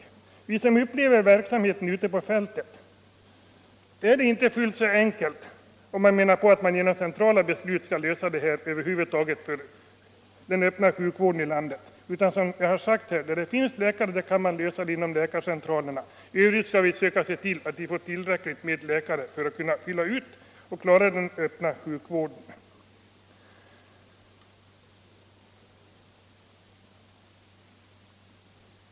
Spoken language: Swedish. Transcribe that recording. För oss som upplever verkligheten ute på fältet är det inte så enkelt som att man genom centrala beslut skall lösa problemen för den öppna sjukvården i landet. Som jag har sagt tidigare: Där det finns tillräckligt med läkare på läkarcentralerna kanske husläkarsystemet är möjligt. I övrigt skall vi försöka se till att vi får tillräckligt antal läkare för att kunna fylla luckorna och klara den öppna sjukvården.